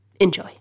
Enjoy